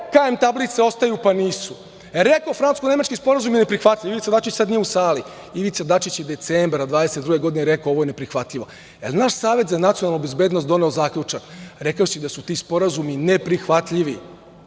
KM tablice ostaju - pa nisu. Rekao francusko-nemački sporazum je neprihvatljiv. Ivica Dačić sada nije u sali. Ivica Dačić je decembra 2022. godine rekao - ovo je neprihvatljivo. Jel naš Savet za nacionalnu bezbednost doneo zaključak rekavši da su ti sporazumi neprihvatljivi,